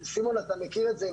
סימון, אתה מכיר את זה.